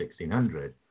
1600